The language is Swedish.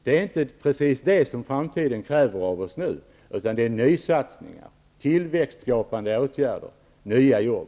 Det är inte vad framtiden nu kräver av oss, utan det är nysatsningar, tillväxtskapande åtgärder och nya jobb.